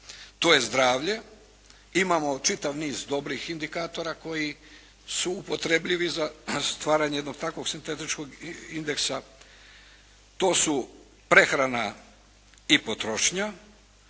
To je zdravlje. Imamo čitav niz dobrih indikatora koji su upotrebljivi za stvaranje jednog takvog sintetičkog indeksa. To su prehrana i potrošnja,